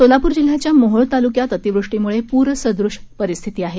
सोलापूर जिल्ह्याच्या मोहोळ तालुक्यात अतिवृष्टीमुळे पूरसदृश परिस्थिती आहे